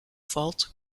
valt